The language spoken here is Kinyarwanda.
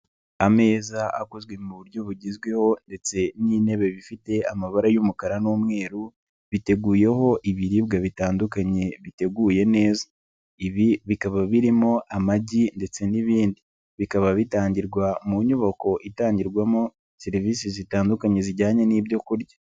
Ameza akozwe mu buryo bugezweho ndetse n'intebe bifite amabara y'umukara n'umweru, biteguyeho ibiribwa bitandukanye biteguye neza, ibi bikaba birimo amagi ndetse n'ibindi, bikaba bitangirwa mu nyubako itangirwamo serivisi zitandukanye zijyanye n'ibyokurya.